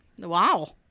Wow